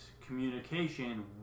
communication